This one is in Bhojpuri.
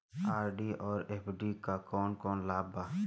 आर.डी और एफ.डी क कौन कौन लाभ बा?